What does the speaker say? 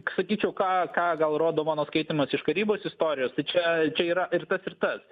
sakyčiau ką ką gal rodo mano skaitymas iš karybos istorijos tai čia čia yra ir tas ir tas